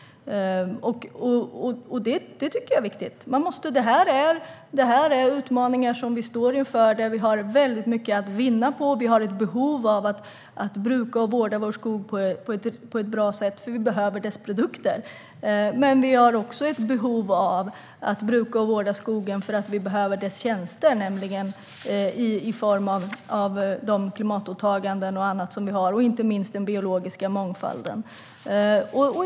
Det tycker jag är viktigt. Det här är utmaningar som vi står inför där vi har mycket att vinna. Vi har ett behov av att bruka och vårda vår skog på ett bra sätt, för vi behöver dess produkter. Vi har också ett behov av att bruka och vårda skogen eftersom vi behöver dess tjänster för att klara av de klimatåtaganden och annat som vi har och inte minst för att bevara den biologiska mångfalden.